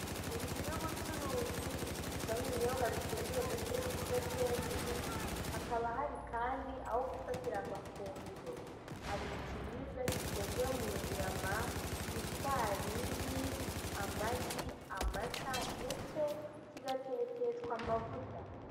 Inzu y'ubucuruzi icururizwamo ibinyobwa bisembuye ndetse n'ibidasembuye, hakaba hari kandi aho gufatira amafunguro, hari ikiribwa gikozwe mu: nyama, ifarini, amagi, amata ndetse kigatekeshwa amavuta.